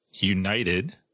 United